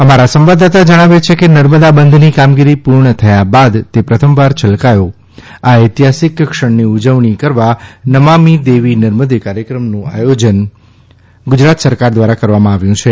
અમારા સંવાદદાતા જણાવે છે કે નર્મદા બંધની કામગીરી પૂર્ણ થથા બાદ તે પ્રથમવાર છલકાથો આ ઐતિહાસિક ક્ષણની ઉજવણી કરવા નમામિ દેવી નર્મદે કાર્યક્રમોનું આદ્યોજન ગુજરાત સરકાર દ્વારા કરવામાં આવ્યું છે